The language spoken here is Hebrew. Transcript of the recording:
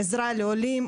עזרה לעולים,